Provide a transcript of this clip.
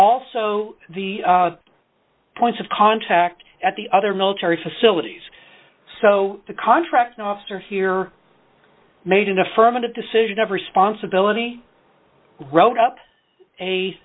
also the points of contact at the other military facilities so the contract officer here made an affirmative decision of responsibility wrote